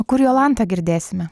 kur jolantą girdėsime